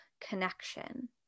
connection